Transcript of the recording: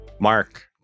Mark